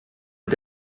mit